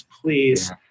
Please